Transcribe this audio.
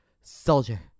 soldier